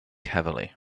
heavily